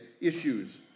issues